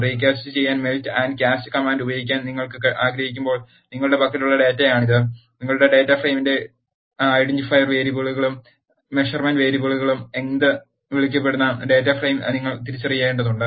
recast ചെയ്യാൻ melt and cast command ഉപയോഗിക്കാൻ നിങ്ങൾ ആഗ്രഹിക്കുമ്പോൾ നിങ്ങളുടെ പക്കലുള്ള ഡാറ്റയാണിത് നിങ്ങളുടെ ഡാറ്റ ഫ്രെയിമിന്റെ ഐഡന്റിഫയർ വേരിയബിളുകളും മെഷർമെന്റ് വേരിയബിളുകളും എന്ന് വിളിക്കപ്പെടുന്ന ഡാറ്റ ഫ്രെയിം നിങ്ങൾ തിരിച്ചറിയേണ്ടതുണ്ട്